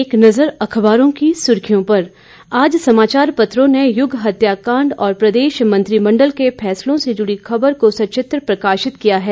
एक नज़र अखबारों की सुर्खियों पर आज समाचार पत्रों ने युग हत्याकाण्ड और प्रदेश मंत्रिमंडल के फैसलों से जुड़ी खबर को सचित्र प्रकाशित किया है